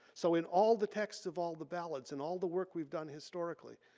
so in all the text of all the ballads and all the work we've done historically,